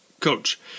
coach